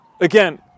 again